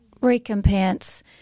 recompense